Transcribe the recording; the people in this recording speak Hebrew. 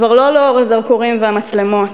כבר לא לאור הזרקורים והמצלמות,